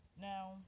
Now